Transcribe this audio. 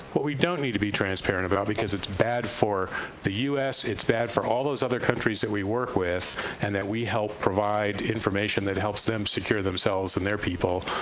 what we don't need to be transparent about, because it's bad for the u s, it's bad for all those other countries that we work with and that we help provide information that helps them secure themselves and their people,